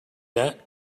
that